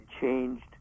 changed